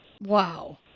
wow